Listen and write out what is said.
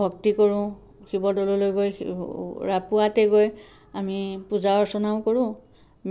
ভক্তি কৰোঁ শিৱদৌললৈ গৈ পুৱাতে গৈ আমি পূজা অৰ্চনাও কৰোঁ